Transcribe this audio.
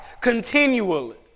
continually